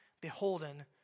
beholden